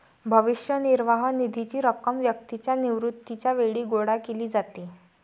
भविष्य निर्वाह निधीची रक्कम व्यक्तीच्या निवृत्तीच्या वेळी गोळा केली जाते